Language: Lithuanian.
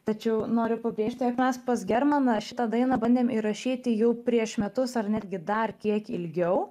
tačiau noriu pabrėžti jog mes pas germaną šitą dainą bandėm įrašyti jau prieš metus ar netgi dar kiek ilgiau